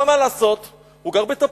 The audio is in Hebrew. אבל מה לעשות, הוא גר בתפוח,